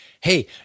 Hey